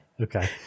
okay